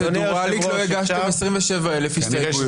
פרוצדורלית לא הגשתם 27,000 הסתייגויות.